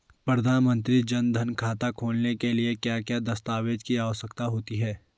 प्रधानमंत्री जन धन खाता खोलने के लिए क्या क्या दस्तावेज़ की आवश्यकता होती है?